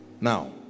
now